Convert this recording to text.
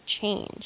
change